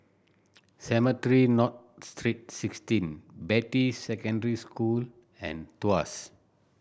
Cemetry North Street Sixteen Beatty Secondary School and Tuas